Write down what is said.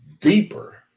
deeper